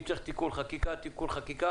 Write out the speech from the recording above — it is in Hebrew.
אם צריך תיקון חקיקה אז תיקון חקיקה,